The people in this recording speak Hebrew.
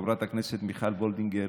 חברת הכנסת מיכל וולדיגר,